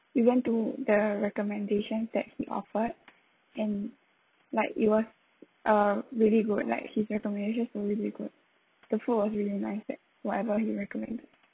we went to the recommendation that he offered and like it was uh really good like he's recommendation were really good the food was really nice that whatever he recommend